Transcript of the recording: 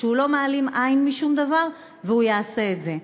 שהוא לא מעלים עין משום דבר והוא יעשה את זה.